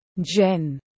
Jen